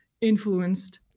Influenced